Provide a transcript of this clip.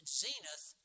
zenith